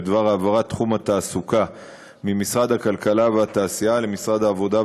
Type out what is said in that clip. בדבר העברת תחום התעסוקה ממשרד הכלכלה והתעשייה למשרד העבודה,